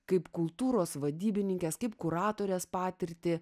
kaip kultūros vadybininkės kaip kuratorės patirtį